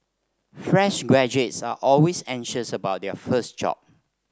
fresh graduates are always anxious about their first job